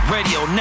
Radio